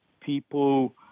people